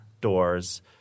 doors